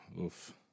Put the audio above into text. Oof